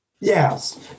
Yes